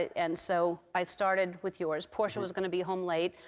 and so i started with yours. portia was going to be home late.